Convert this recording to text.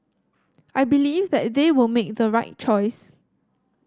I believe that they will make the right choice